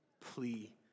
plea